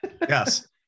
Yes